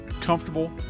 comfortable